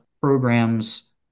programs